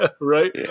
Right